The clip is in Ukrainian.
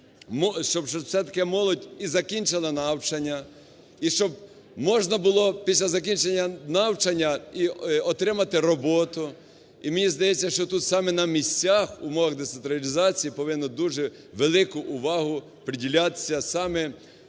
молодь і закінчила навчання. І щоб можна було після закінчення навчання отримати роботу. І мені здається, що тут саме на місцях в умовах децентралізації повинні дуже велику увагу приділяти саме